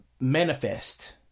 manifest